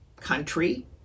country